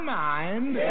mind